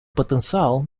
потенциал